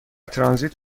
ترانزیت